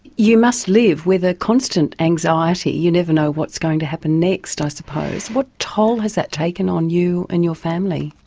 you must live with a constant anxiety, you never know what's going to happen next i suppose. what toll has that taken on you and your family?